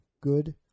good